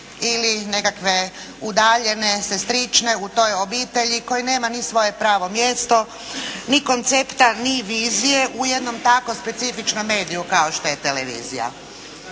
ili nekakve udaljene sestrične u toj obitelji koji nema ni svoje pravo mjesto, ni koncepta ni vizije u jednom tako specifičnom mediju kao što je televizija.